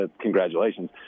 congratulations